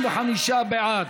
55 בעד,